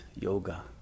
yoga